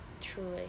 Truly